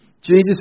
Jesus